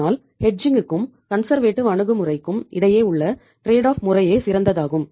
அதனால் ஹெட்ஜிங்க்கும் முறையே சிறந்ததாகும்